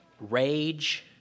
rage